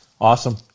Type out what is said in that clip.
Awesome